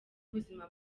ubuzima